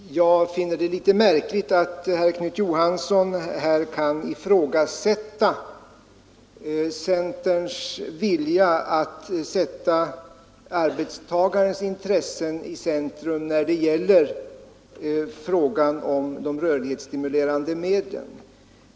Herr talman! Jag finner det litet märkligt att herr Knut Johansson i Stockholm kan ifrågasätta centerns vilja att sätta arbetstagarens intressen i centrum när det gäller frågan om de rörlighetsstimulerande medlen.